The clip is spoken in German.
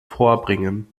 vorbringen